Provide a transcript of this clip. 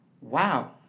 wow